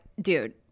dude